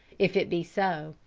if it be so,